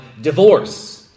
divorce